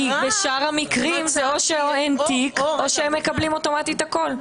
כי בשאר המקרים או שאין תיק או שהם מקבלים אוטומטית הכול.